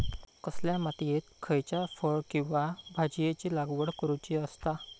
कसल्या मातीयेत खयच्या फळ किंवा भाजीयेंची लागवड करुची असता?